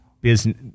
business